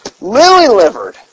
lily-livered